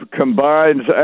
combines